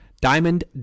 Diamond